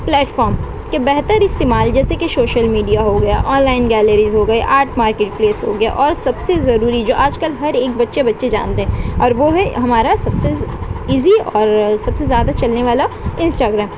platform کے بہتر استعمال جیسے کہ شوشل میڈیا ہو گیا آن لائن گیلریز ہو گئے آرٹ مارکیٹ پلیس ہو گیا اور سب سے ضروری جو آج کل ہر ایک بچے بچے جانتے ہیں اور وہ ہے ہمارا سب سے ایزی اور سب سے زیادہ چلنے والا انسٹاگرام